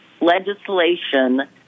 legislation